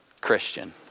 Christian